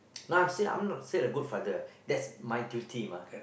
not say I'm not say a good father that's my duty mah